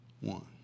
one